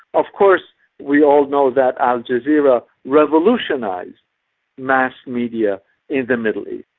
of course we all know that al jazeera revolutionised mass media in the middle east.